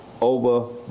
over